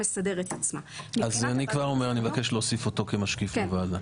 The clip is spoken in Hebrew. אני מבקש להוסיף אותו כמשקיף בוועדה.